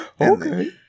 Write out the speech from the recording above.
Okay